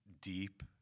deep